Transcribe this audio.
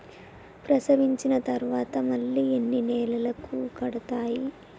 ప్రసవించిన తర్వాత మళ్ళీ ఎన్ని నెలలకు కడతాయి?